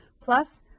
plus